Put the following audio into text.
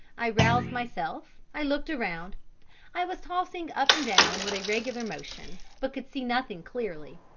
i roused myself i looked around i was tossing up and down with a regular motion, but could see nothing clearly,